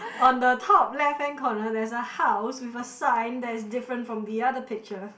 on the top left hand corner there's a house with a sign that is different from the other picture